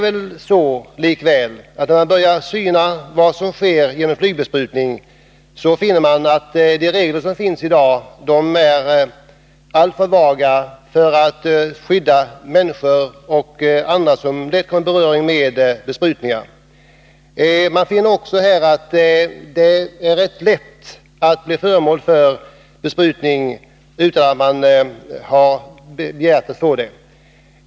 Börjar man syna vad som sker vid flygbesprutning, finner man att dagens regler är alltför vaga för att skydda dem som lätt kommer i beröring med bekämpningsmedlen. Man ser också att det är lätt att få besprutning utan att man bett om det.